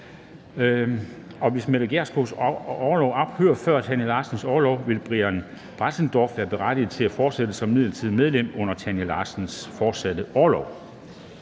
Hvis Mette Gjerskovs orlov ophører før Tanja Larsons orlov, vil Brian Bressendorf være berettiget til at fortsætte som midlertidigt medlem under Tanja Larsons fortsatte orlov.